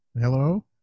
hello